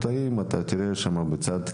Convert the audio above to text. בצד,